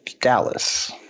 Dallas